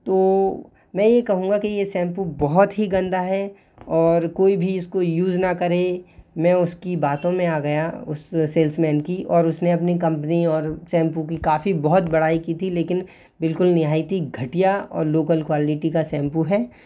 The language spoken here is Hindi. तो मैं ये कहूँगा कि ये शैम्पू बहुत ही गंदा है और कोई भी इसको यूज़ ना करें मैं उसकी बातों में आ गया उस सेल्समैन की और उसने अपनी कंपनी और शैम्पू की काफ़ी बहुत बड़ाई की थी लेकिन बिल्कुल निहायती घटिया और लोकल क्वालिटी का शैम्पू है